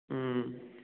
ꯎꯝ